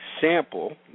sample